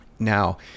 Now